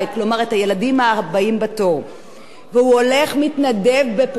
והוא מתנדב בפרויקטים חברתיים לילדים בסיכון,